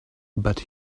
but